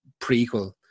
prequel